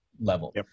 level